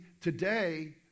today